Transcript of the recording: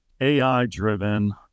AI-driven